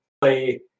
play